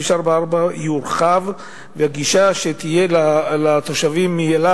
לנקוט את כל הצעדים שכביש 444 יורחב ושתהיה גישה לתושבים מאלעד